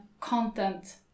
content